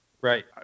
Right